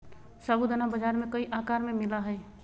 साबूदाना बाजार में कई आकार में मिला हइ